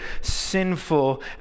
sinful